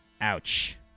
Ouch